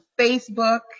Facebook